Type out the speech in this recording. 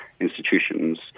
institutions